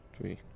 three